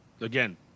again